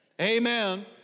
Amen